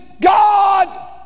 God